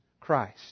christ